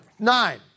Nine